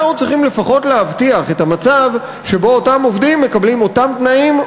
אנחנו צריכים לפחות להבטיח שאותם עובדים מקבלים אותם תנאים,